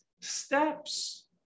steps